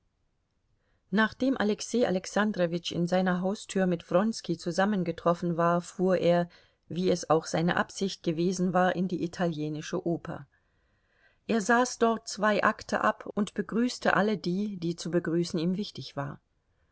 nachdem alexei alexandrowitsch in seiner haustür mit wronski zusammengetroffen war fuhr er wie es auch seine absicht gewesen war in die italienische oper er saß dort zwei akte ab und begrüßte alle die die zu begrüßen ihm wichtig war